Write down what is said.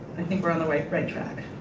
i think we're on that right right track.